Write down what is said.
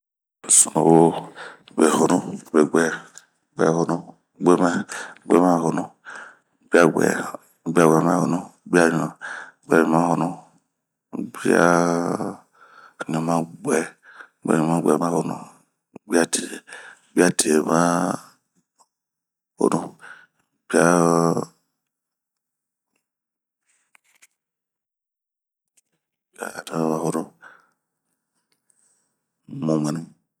sunuwo, behonu, bebuɛ ,buɛhonu, guemɛ, guemɛmahonu, guabuɛ, guabuɛmahonu, guaɲu, guaɲumahonu, guaɲumabuɛ, guaɲumabuɛma honu, guatin, guatinmahonu, guatinmaguɛhonu, guana, guanamahonu, guanamaguɛ, guanamaguɛhonu, wmumuɛnu.